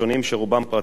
רובם פרטיים.